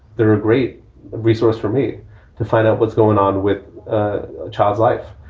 they're a great resource for me to find out what's going on with a child's life.